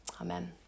Amen